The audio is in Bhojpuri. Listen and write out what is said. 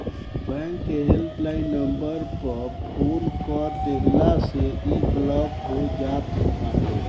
बैंक के हेल्प लाइन नंबर पअ फोन कअ देहला से इ ब्लाक हो जात बाटे